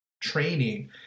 training